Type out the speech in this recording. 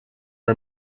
are